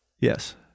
Yes